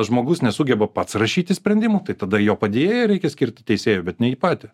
žmogus nesugeba pats rašyti sprendimų tai tada jo padėjėją reikia skirti teisėju bet ne jį patį